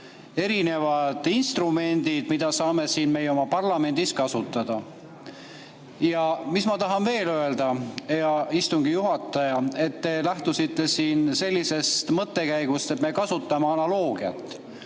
erinevad instrumendid, mida me saame siin oma parlamendis kasutada. Ja mis ma tahan veel öelda? Hea istungi juhataja, te lähtusite siin sellisest mõttekäigust, et me kasutame analoogiat.